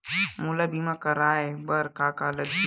मोला बीमा कराये बर का का लगही?